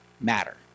matter